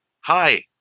Hi